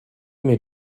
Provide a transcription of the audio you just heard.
mir